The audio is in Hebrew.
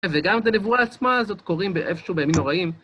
וגם את הנבואה עצמה הזאת קוראים באיפשהו בימים נוראיים.